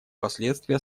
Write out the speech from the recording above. последствия